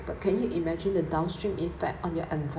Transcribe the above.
but can you imagine the downstream effect on your envi~